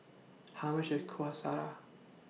How much IS Kueh Syara